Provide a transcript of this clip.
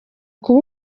kuba